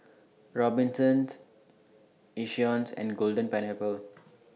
Robinsons Yishions and Golden Pineapple